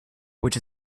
which